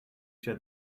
show